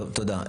טוב, תודה.